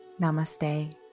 Namaste